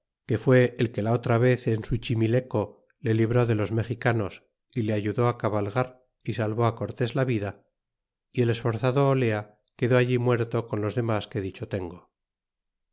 que fijé el que la otra vez en suchimileco le libió de los mexicanos y le ayudó cabalgar y salvé cortés la vida y el esforzado otea quedó allí muerto con los demos que dicho tengo